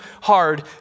hard